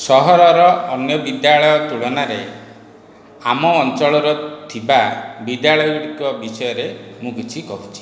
ସହରର ଅନ୍ୟ ବିଦ୍ୟାଳୟ ତୁଳନାରେ ଆମ ଅଞ୍ଚଳରେ ଥିବା ବିଦ୍ୟାଳୟଗୁଡ଼ିକ ବିଷୟରେ ମୁଁ କିଛି କହୁଛି